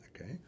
Okay